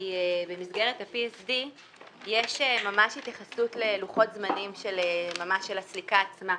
כי במסגרת ה-PSD יש ממש התייחסות ללוחות זמנים של ממש של הסליקה עצמה,